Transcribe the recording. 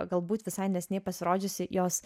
galbūt visai neseniai pasirodžiusi jos